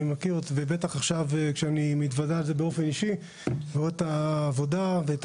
ועכשיו אני מתוודע לזה באופן אישי; אני רואה את העבודה ואת